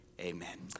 Amen